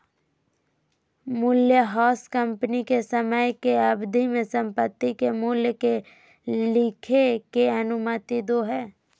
मूल्यह्रास कंपनी के समय के अवधि में संपत्ति के मूल्य के लिखे के अनुमति दो हइ